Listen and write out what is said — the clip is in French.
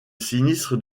sinistre